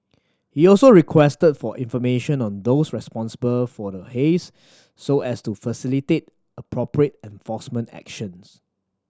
he also requested for information on those responsible for the haze so as to facilitate appropriate enforcement actions